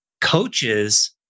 coaches